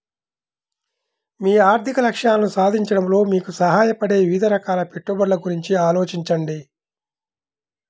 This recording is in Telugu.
మీ ఆర్థిక లక్ష్యాలను సాధించడంలో మీకు సహాయపడే వివిధ రకాల పెట్టుబడుల గురించి ఆలోచించండి